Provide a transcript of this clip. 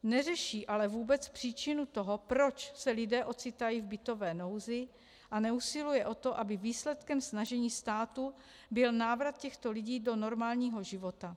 Neřeší ale vůbec příčinu toho, proč se lidé ocitají v bytové nouzi, a neusiluje o to, aby výsledkem snažení státu byl návrat těchto lidí do normálního života.